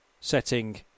setting